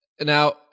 Now